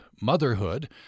motherhood